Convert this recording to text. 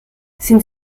sind